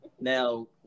now